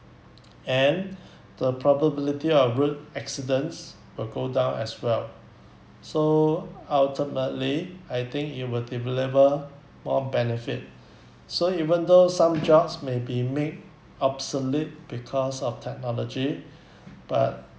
and the probability of road accidents will go down well so ultimately I think it will deliver more benefit so even though some jobs may be made obsolete because of technology but